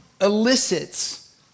elicits